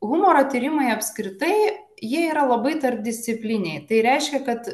humoro tyrimai apskritai jie yra labai tarpdisciplininiai tai reiškia kad